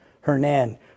Hernan